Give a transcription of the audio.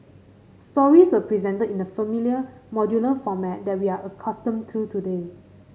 stories were presented in the familiar modular format that we are accustomed to today